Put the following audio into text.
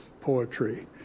poetry